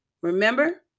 remember